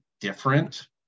different